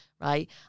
right